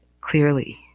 clearly